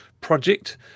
project